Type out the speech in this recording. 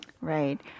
Right